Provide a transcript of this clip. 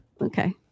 Okay